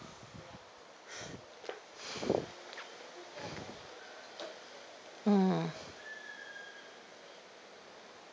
mm